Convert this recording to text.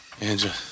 Angela